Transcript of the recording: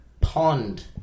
pond